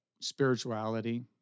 spirituality